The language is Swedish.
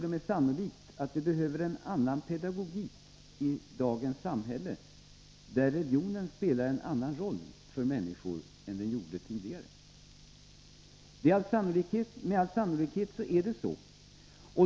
Med all sannolikhet behöver vi en annan pedagogik i dagens samhälle, där religionen spelar en annan roll för människor än den tidigare gjorde.